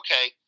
okay